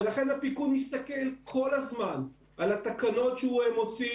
ולכן, הפיקוד מסתכל כל הזמן על התקנות שהוא מוציא,